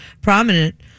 prominent